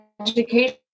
education